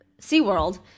SeaWorld